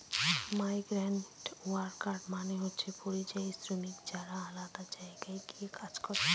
migrant worker মানে হচ্ছে পরিযায়ী শ্রমিক যারা আলাদা জায়গায় গিয়ে কাজ করে